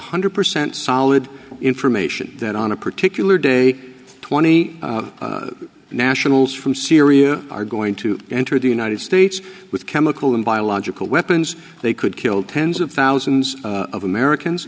hundred percent solid information that on a particular day twenty eight nationals from syria are going to enter the united states with chemical and biological weapons they could kill tens of thousands of